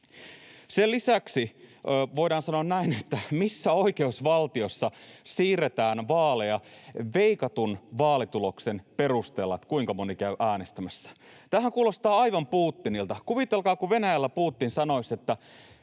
Sen lisäksi voidaan sanoa näin, että missä oikeusvaltiossa siirretään vaaleja sen veikkauksen perusteella, kuinka moni käy äänestämässä. Tämähän kuulostaa aivan Putinilta. Kuvitelkaa, että Venäjällä Putin sanoisi, että